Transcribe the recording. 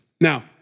Now